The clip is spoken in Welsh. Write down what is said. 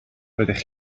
roeddech